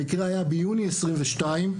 המקרה היה ביוני 22',